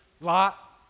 lot